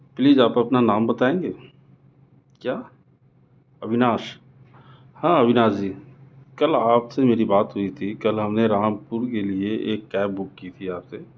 please آپ اپنا نام بتائیں گے کیا اویناش ہاں اویناش جی کل آپ سے میری بات ہوئی تھی کل ہم نے رام پور کے لئے ایک کیب بک کی تھی آپ سے